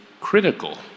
critical